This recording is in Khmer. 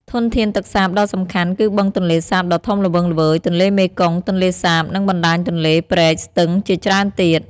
ធនធានទឹកសាបដ៏សំខាន់គឺបឹងទន្លេសាបដ៏ធំល្វឹងល្វើយ ទន្លេមេគង្គ ទន្លេសាប និងបណ្ដាញទន្លេ ព្រែក ស្ទឹងជាច្រើនទៀត។